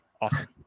Awesome